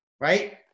right